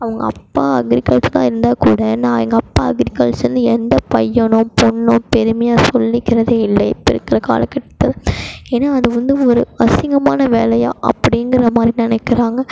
அவங்க அப்பா அக்ரிகல்ச்சராக இருந்தால் கூட நான் எங்கள் அப்பா அக்ரிகல்ச்சர்னு எந்த பையனோ பெண்ணோ பெருமையாக சொல்லிக்கிறது இல்லை இப்போ இருக்கிற காலகட்டம் ஏன்னா அது வந்து ஒரு அசிங்கமான வேலையா அப்டிங்கிற மாதிரி நினைக்கிறாங்க